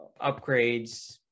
upgrades